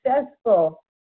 successful